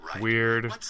Weird